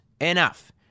enough